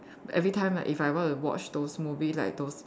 everytime like if I want to watch those movies like those